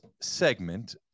segment